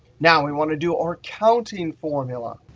now we want to do our counting formula.